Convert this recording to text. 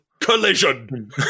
COLLISION